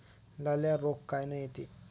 लाल्या रोग कायनं येते?